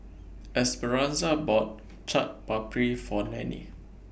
Esperanza bought Chaat Papri For Nannie